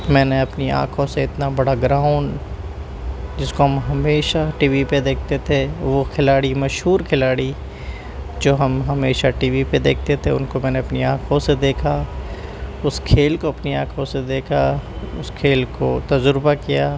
میں نے اپنی آںکھوں سے اتنا بڑا گراؤنڈ جس کو ہم ہمیشہ ٹی وی پہ دیکھتے تھے وہ کھلاڑی مشہور کھلاڑی جو ہم ہمیشہ ٹی وی پہ دیکھتے تھے ان کو میں نے اپنی آنکھوں سے دیکھا اس کھیل کو اپنی آنکھوں سے دیکھا اس کھیل کو تجربہ کیا